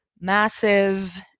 massive